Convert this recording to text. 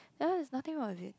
ya there's nothing wrong with it